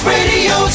Radio